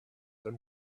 then